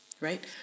Right